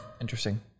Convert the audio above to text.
interesting